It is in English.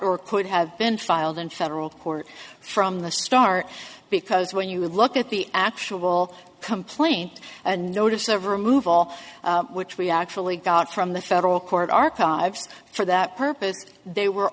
or could have been filed in federal court from the start because when you look at the actual complaint and notice of remove all which we actually got from the federal court archives for that purpose they were